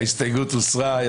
ההסתייגות הוסרה.